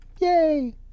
Yay